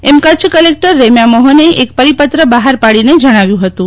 એમ Kutch collector Remya મોફને એક પરિપત્ર બફાર પાડીને જણાવ્યું ફતું